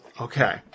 Okay